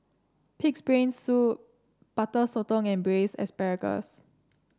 pig's brain soup Butter Sotong and Braised Asparagus